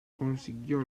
consiguió